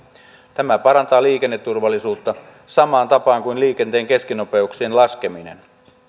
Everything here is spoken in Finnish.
tämä parantaa liikenneturvallisuutta samaan tapaan kuin liikenteen keskinopeuksien laskeminen